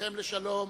וצאתכם לשלום.